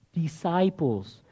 disciples